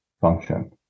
function